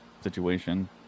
situation